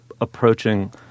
approaching